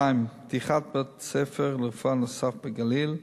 2. פתיחת בית-ספר לרפואה נוסף בגליל,